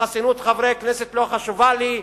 חסינות חברי הכנסת לא חשובה לי,